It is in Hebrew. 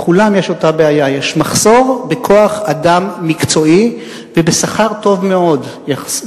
בכולם יש אותה בעיה: יש מחסור בכוח-אדם מקצועי ובשכר טוב מאוד יחסית,